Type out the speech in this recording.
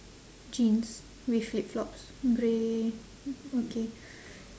jeans with flip-flops grey okay